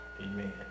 Amen